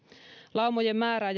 laumojen määrää